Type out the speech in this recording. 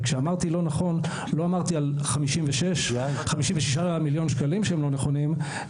וכשאמרתי 'לא נכון' לא אמרתי על 56 מיליון שקלים שהם לא נכונים,